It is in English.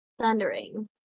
thundering